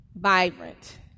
vibrant